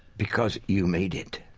because you made it.